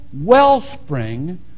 wellspring